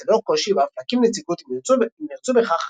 ללא קושי ואף להקים נציגות אם ירצו בכך,